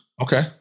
Okay